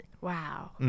Wow